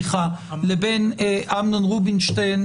לבין אמנון רובינשטיין,